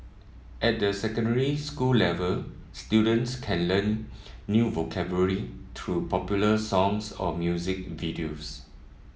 at the secondary school level students can learn new vocabulary through popular songs or music videos